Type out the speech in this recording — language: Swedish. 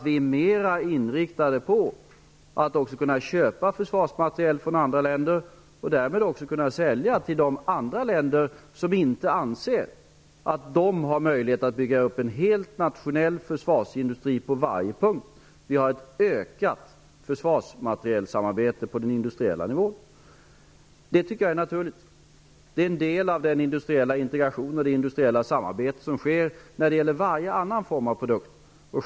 Vi är mer inriktade på att kunna köpa försvarsmateriel från andra läner och därmed också på att kunna sälja till de andra länder som inte anser att de har möjlighet att bygga upp en helt nationell försvarsindustri på varje punkt. Vi har ett ökat försvarsmaterielsamarbete på den industriella nivån. Det tycker jag är naturligt. Det är en del av den industriella integration och det industriella samarbete som sker när det gäller varje annan form av produkter.